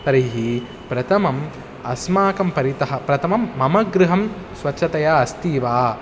तर्हि प्रथमम् अस्माकं परितः प्रथमं मम गृहं स्वच्छता अस्ति वा